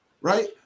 right